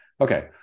okay